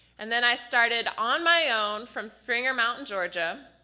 and then i started on my own from springer mountain, georgia,